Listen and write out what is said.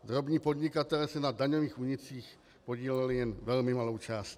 Drobní podnikatelé se na daňových únicích podíleli jen velmi malou částí.